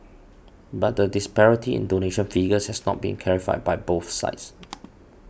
but the disparity in donation figures has not been clarified by both sides